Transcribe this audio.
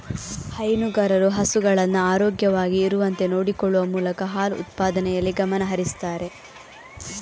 ಹೈನುಗಾರರು ಹಸುಗಳನ್ನ ಆರೋಗ್ಯವಾಗಿ ಇರುವಂತೆ ನೋಡಿಕೊಳ್ಳುವ ಮೂಲಕ ಹಾಲು ಉತ್ಪಾದನೆಯಲ್ಲಿ ಗಮನ ಹರಿಸ್ತಾರೆ